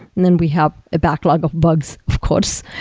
then we have a backlog of bugs, of course.